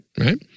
right